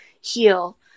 heal